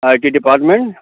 I T department